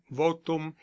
votum